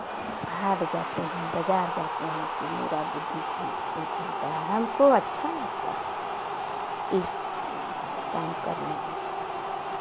हाट जाते हैं बाज़ार जाते हैं कि मेरा बुद्धि खुल खुलता है हमको अच्छा लगता है इस काम करने में